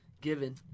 given